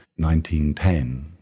1910